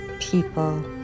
people